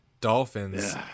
Dolphins